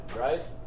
right